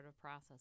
process